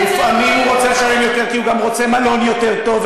לפעמים הוא רוצה לשלם יותר כי הוא רוצה גם מלון יותר טוב,